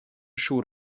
siŵr